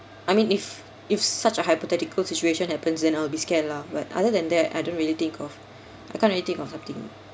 I mean if if such a hypothetical situation happens then I'll be scared lah but other than that I don't really think of I can't really think of something